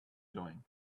doing